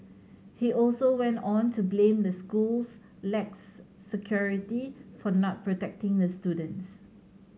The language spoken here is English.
he also went on to blame the school's lax security for not protecting the students